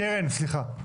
קרן, סליחה.